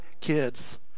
kids